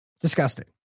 Disgusting